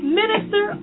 minister